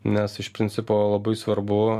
nes iš principo labai svarbu